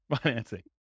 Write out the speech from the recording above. financing